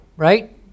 Right